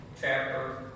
chapter